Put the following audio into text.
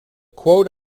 quote